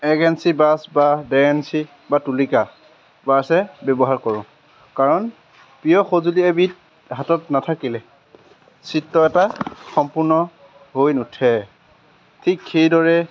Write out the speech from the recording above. এক এনচি ব্ৰাছ বা ডেৰ এনচি বা টুলিকা ব্ৰাছ ব্যৱহাৰ কৰোঁ কাৰণ প্ৰিয় সঁজুলি এবিধ হাতত নাথাকিলে চিত্ৰ এটা সম্পূৰ্ণ হৈ নুঠে ঠিক সেইদৰে